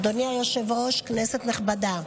אדוני היושב-ראש, כנסת נכבדה,